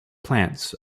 plants